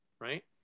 right